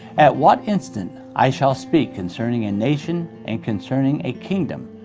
at what instant i shall speak concerning a nation, and concerning a kingdom,